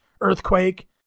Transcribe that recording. earthquake